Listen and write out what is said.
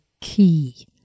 key